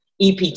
EPT